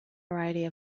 variety